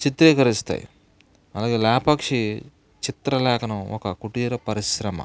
చిత్రీకరిస్తాయి అలాగే లేపాక్షి చిత్రలేఖనం ఒక కుటీర పరిశ్రమ